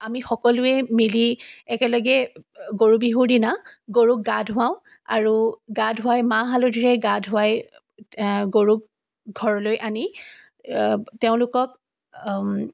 আমি সকলোৱে মিলি একেলগে গৰু বিহুৰ দিনা গৰুক গা ধোৱাওঁ আৰু গা ধোৱাই মাহ হালধিৰে গা ধোৱাই গৰুক ঘৰলৈ আনি তেওঁলোকক